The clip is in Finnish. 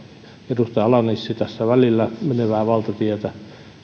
edustaja ala nissilä tässä välillä menevää valtatietä